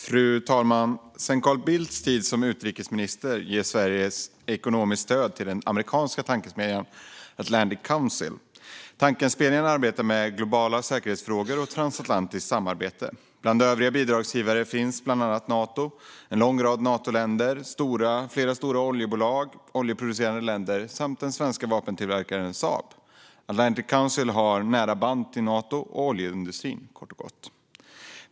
Fru talman! Sedan Carl Bildts tid som utrikesminister ger Sverige ekonomiskt stöd till den amerikanska tankesmedjan Atlantic Council. Tankesmedjan arbetar med globala säkerhetsfrågor och transatlantiskt samarbete. Bland övriga bidragsgivare finns bland andra Nato, en lång rad Natoländer, flera stora oljebolag och oljeproducerande länder samt den svenska vapentillverkaren Saab. Atlantic Council har, kort och gott, nära band till Nato och oljeindustrin.